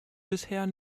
bisher